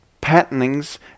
patternings